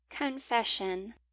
Confession